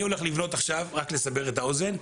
אני הולך לבנות עכשיו, רק לסבר את האוזן,